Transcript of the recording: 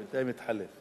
בינתיים התחלף.